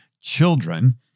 children